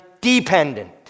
dependent